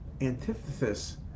antithesis